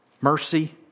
mercy